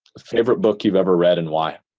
favorite book you've ever read and why?